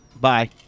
Bye